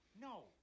No